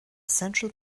central